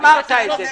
יימחקו.